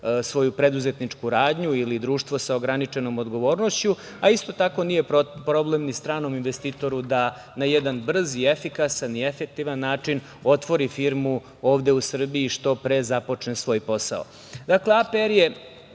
svoju preduzetničku radnju ili društvo sa ograničenom odgovornošću, a isto tako nije problem ni stranom investitoru da na jedan brz, efikasan i efektivan način otvori firmu ovde u Srbiji i što pre započne svoj posao. Dakle, APR je